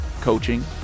coaching